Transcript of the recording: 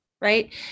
right